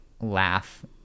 laugh